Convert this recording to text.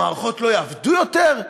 המערכות לא יעבדו יותר?